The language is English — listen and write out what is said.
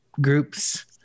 groups